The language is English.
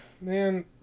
Man